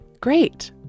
great